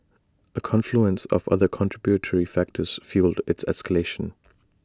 A confluence of other contributory factors fuelled its escalation